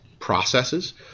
processes